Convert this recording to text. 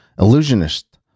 illusionist